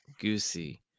goosey